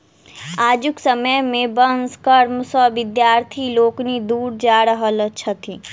आजुक समय मे वंश कर्म सॅ विद्यार्थी लोकनि दूर जा रहल छथि